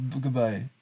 Goodbye